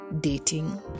dating